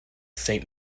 saint